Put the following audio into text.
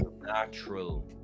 Natural